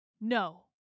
No